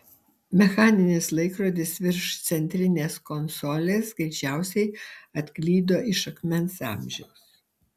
mechaninis laikrodis virš centrinės konsolės greičiausiai atklydo iš akmens amžiaus